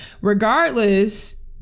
regardless